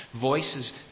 voices